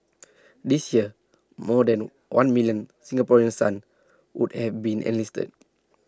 this year more than one million Singaporean sons would have been enlisted